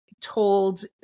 told